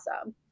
awesome